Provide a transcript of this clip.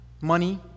money